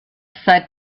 seit